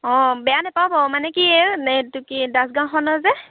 অঁ বেয়া নাপাব মানে কি এইটো কি দাস গাঁৱখনৰ যে